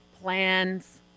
plans